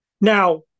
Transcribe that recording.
Now